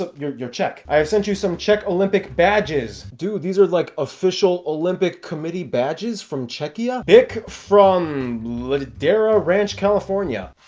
ah your your check i have sent you some czech olympic badges, dude these are like official olympic committee badges from czechia pick from ladera ranch, california